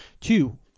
two